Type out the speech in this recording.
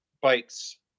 bikes